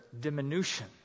diminution